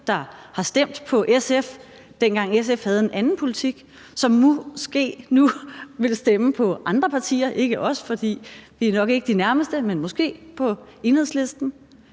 der har stemt på SF, dengang SF havde en anden politik, og som måske nu vil stemme på andre partier, ikke os, for vi er nok ikke de nærmeste, men måske på Enhedslisten.